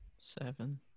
seven